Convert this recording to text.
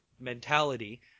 mentality